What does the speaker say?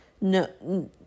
no